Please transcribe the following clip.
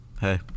hey